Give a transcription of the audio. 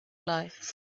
life